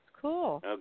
cool